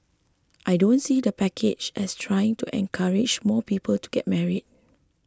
I don't see the package as trying to encourage more people to get married